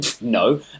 No